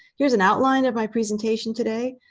here's an outline of my presentation today.